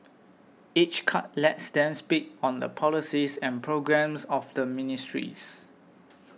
each cut lets them speak on the policies and programmes of the ministries